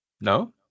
No